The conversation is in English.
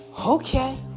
Okay